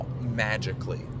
magically